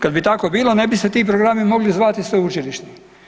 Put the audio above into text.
Kad bi tako bilo ne bi se ti programi mogli zvati „sveučilišni“